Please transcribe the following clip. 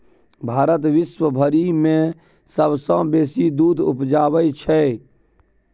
भारत विश्वभरि मे सबसँ बेसी दूध उपजाबै छै